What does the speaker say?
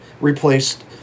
replaced